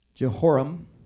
Jehoram